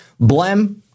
Blem